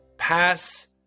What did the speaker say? pass